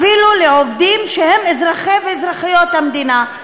אפילו של עובדים שהם אזרחי ואזרחיות המדינה,